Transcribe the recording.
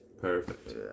Perfect